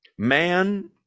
Man